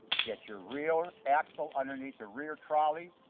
get your rear axle underneath the rear trolley,